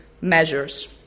measures